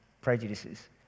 prejudices